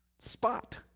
spot